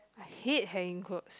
I hate hanging clothes